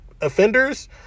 offenders